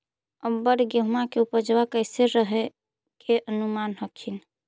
अबर गेहुमा के उपजबा कैसन रहे के अनुमान हखिन?